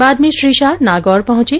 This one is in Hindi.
बाद में श्री शाह नागौर पहुंचे